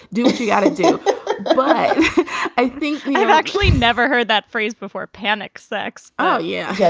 do what you gotta do but i think you've actually never heard that phrase before. panic, sex. oh, yeah. yeah